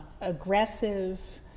aggressive